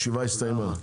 הישיבה הסתיימה.